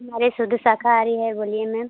हमारे शुद्ध शाकाहारी है बोलिए मैम